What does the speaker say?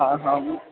हां हां